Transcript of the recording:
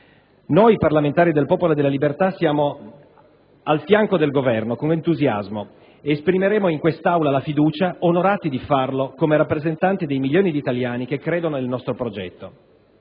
Noi parlamentari del Popolo della Libertà siamo a fianco del Governo con entusiasmo ed esprimeremo la fiducia in quest'Aula, onorati di farlo, come rappresentanti dei milioni di italiani che credono nel nostro progetto.